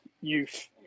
youth